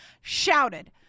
shouted